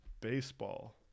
baseball